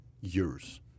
years